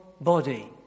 body